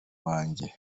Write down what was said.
wange